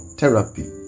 therapy